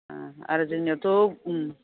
अह आरो जोंनियावथ' उम